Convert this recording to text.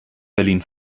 berlin